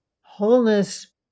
Wholeness